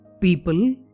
people